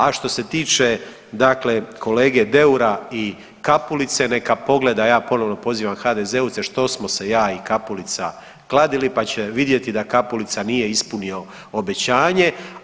A što se tiče dakle kolege Deura i Kapulice neka pogleda, ja ponovo pozivam HDZ-ovce što smo se ja i Kapulica kladili pa će vidjeti da Kapulica nije ispunio obećanje.